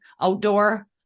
outdoor